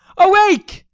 awake!